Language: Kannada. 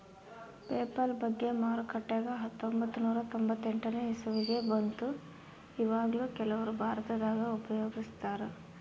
ಪೇಪಲ್ ಬಗ್ಗೆ ಮಾರುಕಟ್ಟೆಗ ಹತ್ತೊಂಭತ್ತು ನೂರ ತೊಂಬತ್ತೆಂಟನೇ ಇಸವಿಗ ಬಂತು ಈವಗ್ಲೂ ಕೆಲವರು ಭಾರತದಗ ಉಪಯೋಗಿಸ್ತರಾ